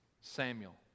Samuel